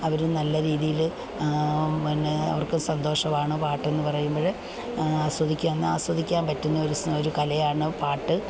അവരും നല്ല രീതിയിൽ പിന്നെ അവർക്ക് സന്തോഷമാണ് പാട്ടെന്നു പറയുമ്പോൾ ആസ്വദിക്കാൻ ആസ്വദിക്കാൻ പറ്റുന്ന ഒരു കലയാണ് പാട്ട്